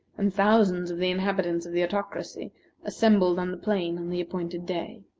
and thousands of the inhabitants of the autocracy assembled on the plain on the appointed day.